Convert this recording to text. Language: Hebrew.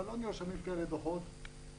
אבל לא נרשמים דוחות כאלה,